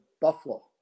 Buffalo